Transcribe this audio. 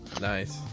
Nice